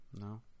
No